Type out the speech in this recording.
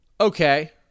Okay